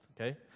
okay